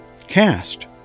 cast